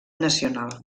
nacional